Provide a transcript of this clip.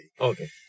Okay